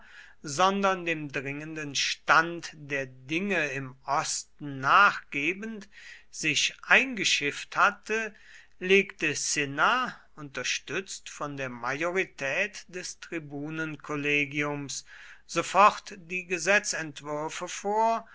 sondern dem dringenden stand der dinge im osten nachgebend sich eingeschifft hatte legte cinna unterstützt von der majorität des tribunenkollegiums sofort die gesetzentwürfe vor